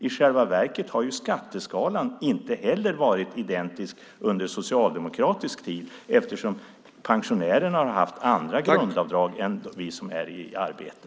I själva verket har skatteskalan inte varit identisk under socialdemokratisk tid heller eftersom pensionärerna haft andra grundavdrag än vi som är i arbete.